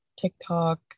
TikTok